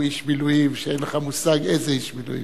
הוא איש מילואים שאין לך מושג איזה איש מילואים.